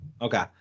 Okay